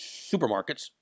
supermarkets